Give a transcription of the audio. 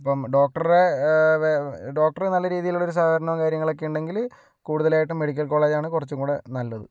അപ്പം ഡോക്ടറുടെ ഡോക്ടറുടെ നല്ല രീതിയിലുള്ള ഒരു സഹകരണം കാര്യങ്ങളും ഒക്കെ ഉണ്ടെങ്കില് കൂടുതലായിട്ടും മെഡിക്കൽ കോളേജ് ആണ് കുറച്ചുകൂടെ നല്ലത്